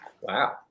Wow